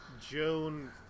Joan